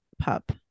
pup